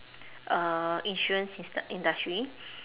uh insurance indus~ industry